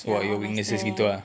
ya what are my strength